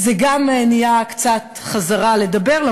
זה נהיה קצת חזרה לדבר,